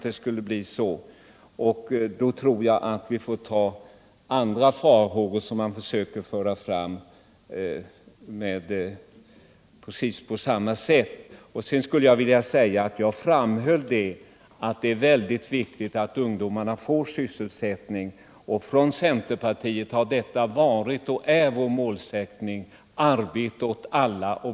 Det finns därför anledning att se andra farhågor som man nu försöker framföra på precis samma sätt. Jag framhöll att det är mycket viktigt att ungdomarna får sysselsättning. Detta har varit och är centerpartiets målsättning: Arbete åt alla.